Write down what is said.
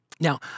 Now